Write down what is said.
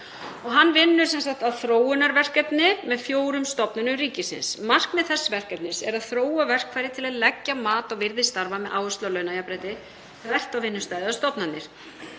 Hann vinnur að þróunarverkefni með fjórum stofnunum ríkisins. Markmið þess verkefnis er að þróa verkfæri til að leggja mat á virði starfa með áherslu á launajafnrétti þvert á vinnustaði og stofnanir.